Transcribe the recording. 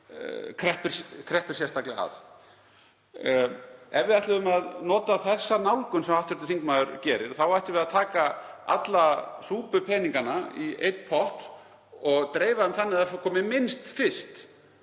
kreppir sérstaklega að. Ef við ætluðum að nota þá nálgun sem hv. þingmaður gerir þá ættum við að taka alla súpupeningana í einn pott og dreifa þeim þannig að það komi minnst fyrst